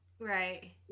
Right